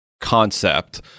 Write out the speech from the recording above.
concept